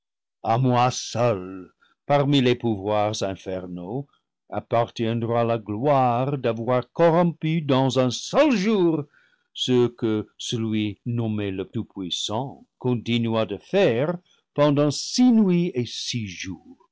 à moi seul parmi les pouvoirs infernaux appartiendra la gloire d'avoir corrompu dans un seul jour ce que celui nommé le tout puissant continua de faire pendant six nuits et six jours